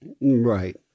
Right